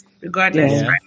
regardless